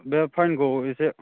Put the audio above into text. बे फाइनखौ इसे